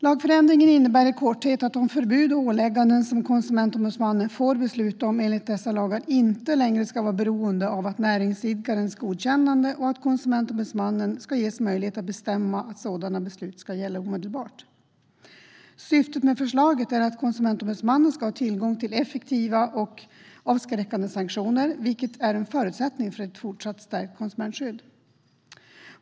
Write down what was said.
Lagändringen innebär i korthet att de förbud och ålägganden som Konsumentombudsmannen får besluta om enligt dessa lagar inte längre ska vara beroende av näringsidkarens godkännande samt att Konsumentombudsmannen ska ges möjlighet att bestämma att sådana beslut ska gälla omedelbart. Syftet med förslaget är att Konsumentombudsmannen ska ha tillgång till effektiva och avskräckande sanktioner, vilket är en förutsättning för ett fortsatt stärkt konsumentskydd.